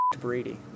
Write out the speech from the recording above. Brady